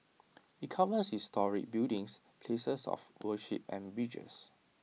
IT covers historic buildings places of worship and bridges